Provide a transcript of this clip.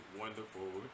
wonderful